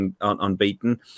unbeaten